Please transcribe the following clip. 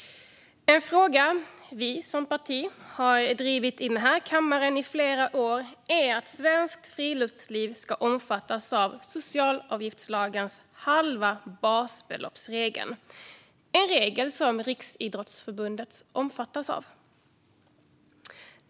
En fråga vi som parti drivit i den här kammaren i flera år är att svenskt friluftsliv ska omfattas av socialavgiftslagens halva-basbelopps-regel, som Riksidrottsförbundet omfattas av.